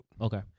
Okay